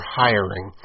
hiring